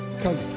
Come